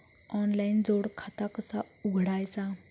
Online जोड खाता कसा उघडायचा?